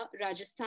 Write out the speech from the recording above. Rajasthan